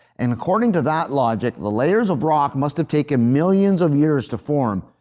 and according to that logic, the layers of rock must have taken millions of years to form,